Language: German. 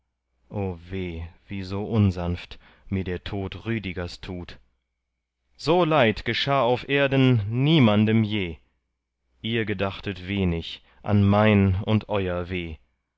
wie so unsanft mir der tod rüdgers tut so leid geschah auf erden niemandem je ihr gedachtet wenig an mein und euer weh